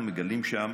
אנחנו מגלים שם